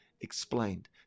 explained